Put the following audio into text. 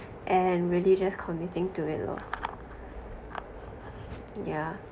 and really just committing to it lor yeah